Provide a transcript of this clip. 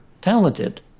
talented